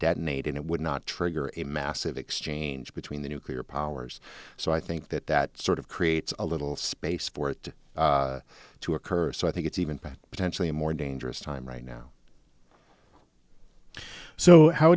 detonated it would not trigger a massive exchange between the nuclear powers so i think that that sort of creates a little space for it to occur so i think it's even better potentially a more dangerous time right now so how